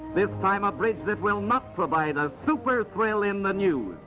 this time a bridge that will not provide a super thrill in the news